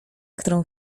którą